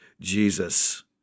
Jesus